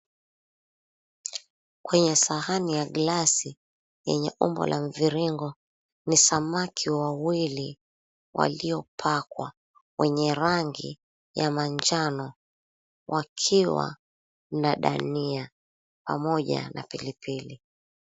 Kwenye sahani ya glasi yenye umbo la mviringo ni samaki wawili waliopakwa, wenye rangi ya manjano wakiwa na dania pamoja na pilipili.